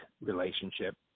relationship